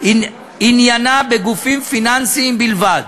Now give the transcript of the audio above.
עניינה בגופים פיננסיים בלבד.